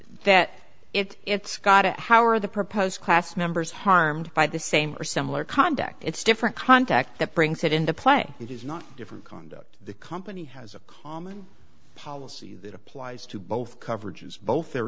that it it's got to how are the proposed class members harmed by the same or similar conduct its different contract that brings it into play it is not different conduct the company has a common policy that applies to both coverages both their